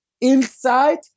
inside